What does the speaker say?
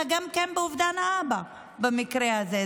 אלא גם כן באובדן האבא במקרה הזה.